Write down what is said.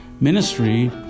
Ministry